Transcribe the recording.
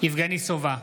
יבגני סובה,